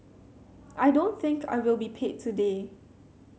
I don't think I will be paid today